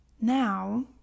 Now